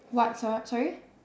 what sor~ sorry